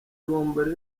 bombori